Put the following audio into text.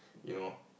you know